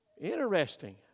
Interesting